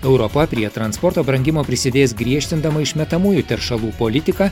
europa prie transporto brangimo prisidės griežtindama išmetamųjų teršalų politiką